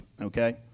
okay